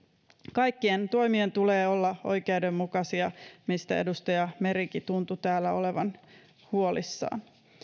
kaikkien toimien tulee olla oikeudenmukaisia mistä edustaja merikin tuntui täällä olevan huolissaan